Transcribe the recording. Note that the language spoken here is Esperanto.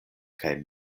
kaj